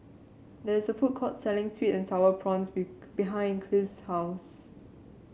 there is a food court selling sweet and sour prawns be behind Clive's house